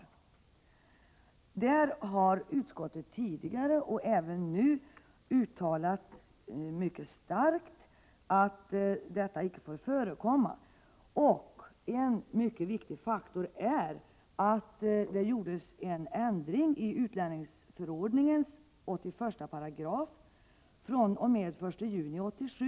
Utskottsmajoriteten har tidigare och även nu mycket starkt uttalat att detta inte får förekomma. En mycket viktig faktor är att det gjordes en ändring i utlänningsförordningens 81 § fr.o.m. den 1 juni 1987.